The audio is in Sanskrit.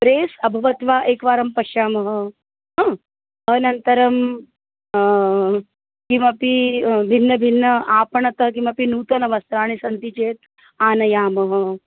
प्रेस् अभवत् वा एकवारं पश्यामः अनन्तरं किमपि भिन्न भिन्न आपणतः किमपि नूतनवस्त्राणि सन्ति चेत् आनयामः